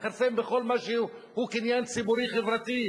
לכרסם בכל מה שהוא קניין ציבורי חברתי,